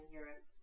Europe